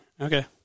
Okay